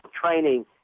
training